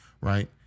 right